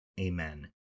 Amen